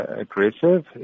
aggressive